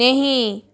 नही